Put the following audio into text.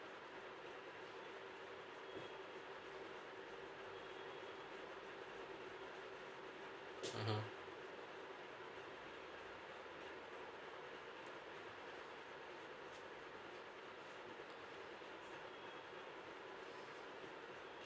mmhmm